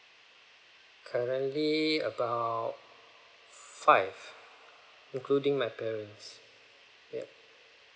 currently about five including my parents yup